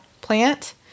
plant